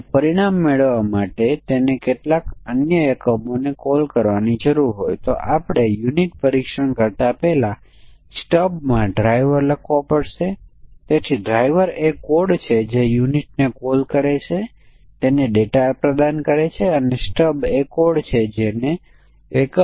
કૃપા કરીને સમકક્ષ વર્ગ પરીક્ષણો ડિઝાઇન કરવા અને સમસ્યાઓ માટે વિશેષ મૂલ્ય પરીક્ષણો માટે ઉદાહરણ કરો જે તમે વિવિધ પરિસ્થિતિઓમાં મેળવી શકો છો